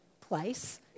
place